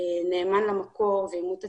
נאמן למקור ואימות תצהירים,